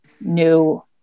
new